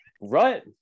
Right